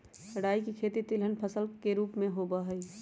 राई के खेती तिलहन फसल के रूप में होबा हई